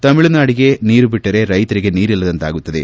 ತಮಿಳುನಾಡಿಗೆ ನೀರು ಬಿಟ್ಟರೆ ರೈತರಿಗೆ ನೀರಿಲ್ಲದಂತಾಗುತ್ತದೆ